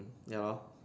ya lor